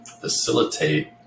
facilitate